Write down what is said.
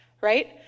right